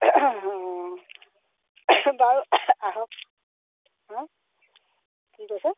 অঁ বাৰু আহক হা কি কৈছে